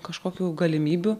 kažkokių galimybių